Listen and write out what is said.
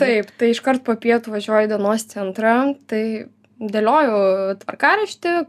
taip tai iškart po pietų važiuoju dienos centrą tai dėlioju tvarkaraštį